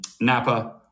Napa